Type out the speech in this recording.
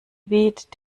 weht